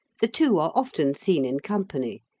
the two are often seen in company,